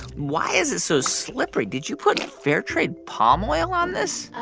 why is it so slippery? did you put fair trade palm oil on this?